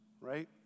Right